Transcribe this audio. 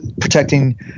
protecting